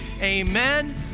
Amen